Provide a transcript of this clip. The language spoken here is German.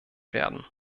werden